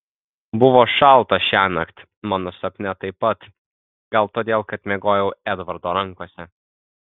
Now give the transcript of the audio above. buvo šalta šiąnakt mano sapne taip pat gal todėl kad miegojau edvardo rankose